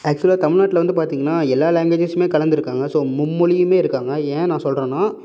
ஆக்ச்சுவலாக தமிழ்நாட்டில் வந்து பார்த்திங்கன்னா எல்லாம் லாங்குவேஜ்ஜஸுமே கலந்திருக்காங்க ஸோ மும்மொழியுமே இருக்காங்க ஏன் நான் சொல்றேன்னா